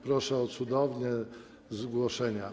Proszę o cudowne zgłoszenia.